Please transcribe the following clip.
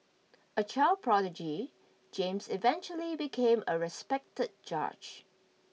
a child prodigy James eventually became a respected judge